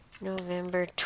November